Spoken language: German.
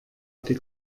die